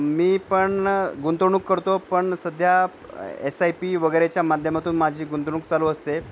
मी पण गुंतवणूक करतो पण सध्या एस आय पी वगैरेच्या माध्यमातून माझी गुंतवणूक चालू असते